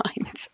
mind